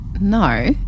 No